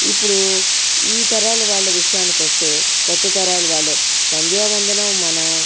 ఇప్పుడు ఈ తరాలు వాళ్ళ విషయానికి వస్తే కొత్త తరాలు వాళ్ళు సంధ్యావందనం మన